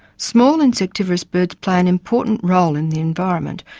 small insectivorous birds play an important role in the environment,